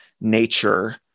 nature